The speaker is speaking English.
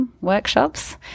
Workshops